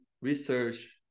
research